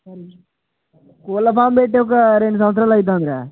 కోళ్ల ఫామ్ పెట్టి ఒక రెండు సంవత్సరాలు అవుతుంది రా